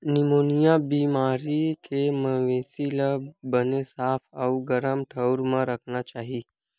pneumonia बेमारी के मवेशी ल बने साफ अउ गरम ठउर म राखना चाही